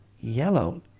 yellow